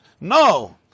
No